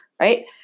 right